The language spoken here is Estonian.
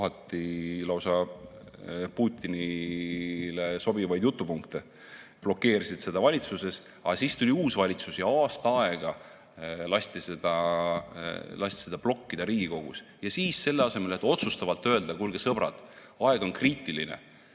kohati lausa Putinile sobivaid jutupunkte, blokeerisid seda valitsuses. Aga siis tuli uus valitsus ja aasta aega lasti seda Riigikogus blokkida. Ja siis, selle asemel et otsustavalt öelda, et kuulge, sõbrad, aeg on kriitiline,